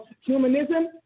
humanism